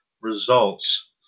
results